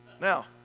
Now